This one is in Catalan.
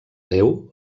déu